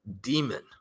demon